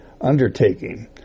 undertaking